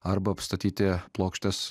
arba apstatyti plokštes